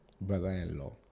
brother-in-law